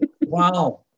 Wow